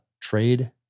trade